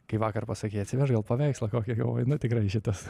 kai vakar pasakei atsivešk gal paveikslą kokį galvoju nu tikrai šitas